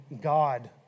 God